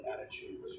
attitude